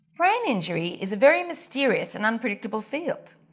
brain injury is a very mysterious and unpredictable field.